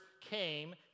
came